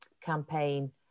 campaign